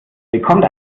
bekommt